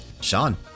Sean